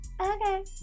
Okay